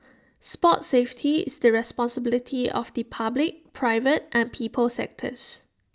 sports safety is the responsibility of the public private and people sectors